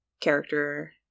character